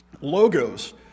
Logos